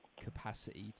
capacity